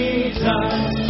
Jesus